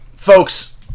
Folks